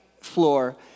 floor